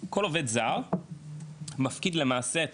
כל עובד זר, מפקיד למעשה,